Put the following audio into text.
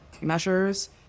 measures